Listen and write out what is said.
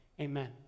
Amen